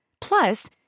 Plus